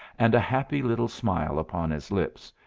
and a happy little smile upon his lips,